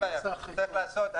אין בעיה, צריך לעשות.